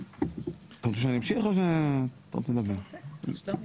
היה פה מישהו שאמר בתחילת הדיונים